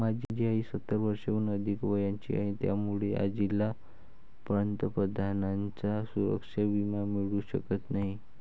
माझी आजी सत्तर वर्षांहून अधिक वयाची आहे, त्यामुळे आजीला पंतप्रधानांचा सुरक्षा विमा मिळू शकत नाही